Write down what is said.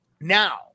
Now